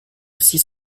six